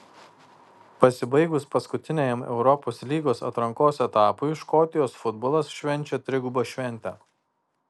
pasibaigus paskutiniajam europos lygos atrankos etapui škotijos futbolas švenčia trigubą šventę